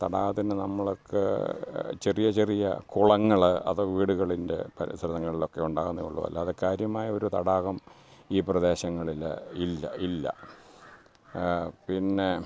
തടാകത്തിന് നമ്മൾക്ക് ചെറിയ ചെറിയ കുളങ്ങൾ അത് വീടുകളിൻ്റെ പരിസരങ്ങളിലൊക്കെ ഉണ്ടാകുന്നതെ ഉള്ളൂ അല്ലാതെ കാര്യമായ ഒരു തടാകം ഈ പ്രദേശങ്ങളിൽ ഇല്ല ഇല്ല പിന്നെ